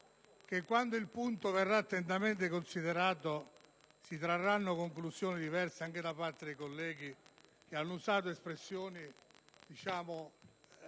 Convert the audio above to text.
che, quando il punto verrà attentamente considerato, si trarranno conclusioni diverse, anche da parte dei colleghi che hanno usato espressioni un